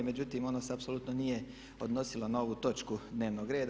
Međutim, ono se apsolutno nije odnosilo na ovu točku dnevnog reda.